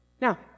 now